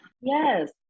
Yes